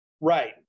Right